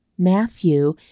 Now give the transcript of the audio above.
Matthew